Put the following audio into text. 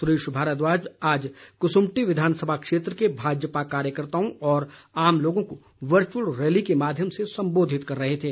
सुरेश भारद्वाज आज कसुम्पटी विधानसभा क्षेत्र के भाजपा कार्यकर्ताओं और आम लोगों को वर्चुअल रैली के माध्यम से संबोधित कर रहे थे